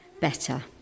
better